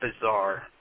bizarre